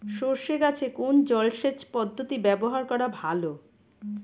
সরষে গাছে কোন জলসেচ পদ্ধতি ব্যবহার করা ভালো?